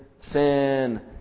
sin